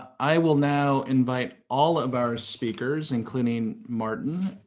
i will now invite all of our speakers, including martin,